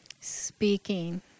speaking